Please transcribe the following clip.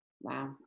Wow